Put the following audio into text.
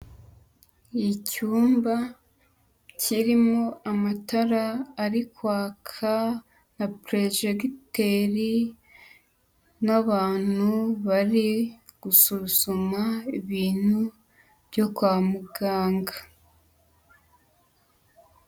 Ni icyumba kirimo amatara ari kwaka na prejegiteri, n'abantu bari gusuzuma ibintu byo kwa muganga.